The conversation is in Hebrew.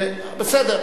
בסדר.